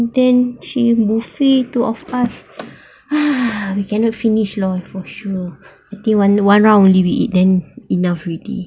then she and buffet two of us we cannot finish lah for sure okay one one round only if we eat then enough already